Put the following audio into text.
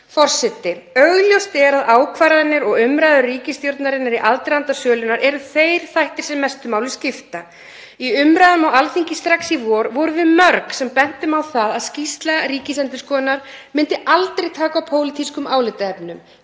Forseti. Augljóst er að ákvarðanir og umræður ríkisstjórnarinnar í aðdraganda sölunnar eru þeir þættir sem mestu máli skipta. Í umræðum á Alþingi strax í vor vorum við mörg sem bentum á að skýrsla Ríkisendurskoðunar myndi aldrei taka á pólitískum álitaefnum.